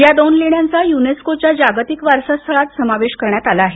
या दोन लेण्यांचा युनेस्कोच्या जागतिक वारसा स्थळात समावेश करण्यात आला आहे